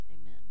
amen